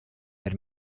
per